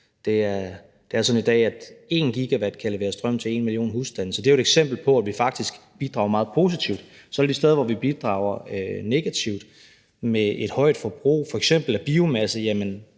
Det er sådan i dag, at 1 GW kan levere strøm til 1 million husstande. Så det er jo et eksempel på, at vi faktisk bidrager meget positivt. Så er der de steder, hvor vi bidrager negativt med et højt forbrug, f.eks. af biomasse.